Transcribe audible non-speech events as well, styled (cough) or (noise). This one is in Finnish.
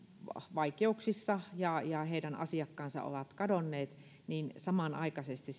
vaikeuksissa ja ja niiden asiakkaat ovat kadonneet ja samanaikaisesti (unintelligible)